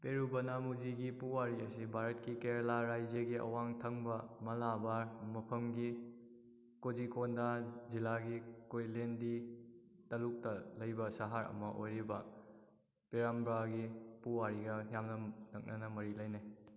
ꯄꯦꯔꯨꯕꯅꯥꯃꯨꯖꯤꯒꯤ ꯄꯨꯋꯥꯔꯤ ꯑꯁꯤ ꯚꯥꯔꯠꯀꯤ ꯀꯦꯔꯂꯥ ꯔꯥꯖ꯭ꯌꯒꯤ ꯑꯋꯥꯡ ꯊꯪꯕ ꯃꯂꯥꯕꯥꯔ ꯃꯐꯝꯒꯤ ꯀꯣꯖꯤꯀꯣꯗꯥ ꯖꯤꯂꯥꯒꯤ ꯀꯣꯏꯂꯦꯟꯗꯤ ꯇꯂꯨꯛꯇ ꯂꯩꯕ ꯁꯍꯔ ꯑꯃ ꯑꯣꯏꯔꯤꯕ ꯄꯦꯔꯝꯕ꯭ꯔꯥꯒꯤ ꯄꯨꯋꯥꯔꯤꯒ ꯌꯥꯝ ꯅꯛꯅꯅ ꯃꯔꯤ ꯂꯩꯅꯩ